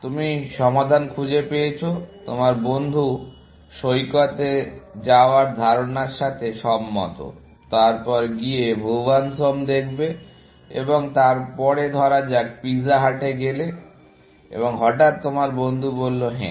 আপনি সমাধান খুঁজে পেয়েছেন আপনার বন্ধু সৈকতে যাওয়ার ধারণার সাথে সম্মত তারপর গিয়ে ভুবন'স হোম দেখবে এবং তারপরে ধরা যাক পিৎজা হাটে গেলে এবং হঠাৎ তোমার বন্ধু বললো হ্যাঁ